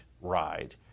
ride